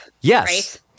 Yes